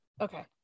Okay